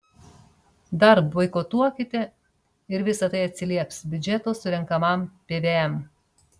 dar boikotuokite ir visa tai atsilieps biudžeto surenkamam pvm